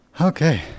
Okay